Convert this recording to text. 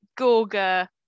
Gorga